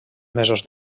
mesos